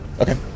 Okay